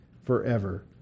forever